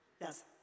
Yes